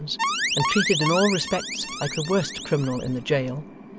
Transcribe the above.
and treated in all respects like the worst criminal in the jail,